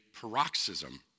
paroxysm